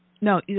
No